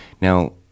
Now